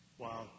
Wow